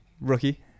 rookie